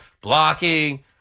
Blocking